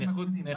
כן מצמידים,